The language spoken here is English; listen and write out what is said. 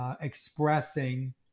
expressing